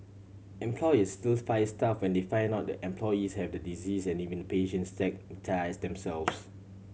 employers still fire staff when they find out the employees have the disease and even the patients stigmatise themselves